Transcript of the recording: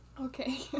Okay